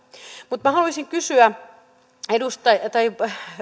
mutta minä haluaisin kysyä